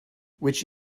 which